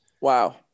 wow